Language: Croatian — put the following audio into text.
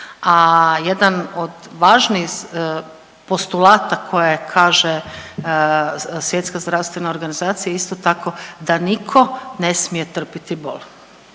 a jedan od važnih postulata koji kaže Svjetska zdravstvena organizacija isto tako da niko ne smije trpiti bol.